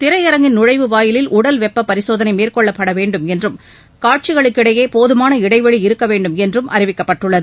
திரையரங்கின் நுழைவு வாயிலில் உடல் வெப்ப பரிசோதனை மேற்கொள்ளப்பட வேண்டும் என்றும் காட்சிகளுக்கிடையே போதமான இடைவெளி இருக்க வேண்டும் என்றும் அறிவிக்கப்பட்டுள்ளது